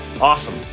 Awesome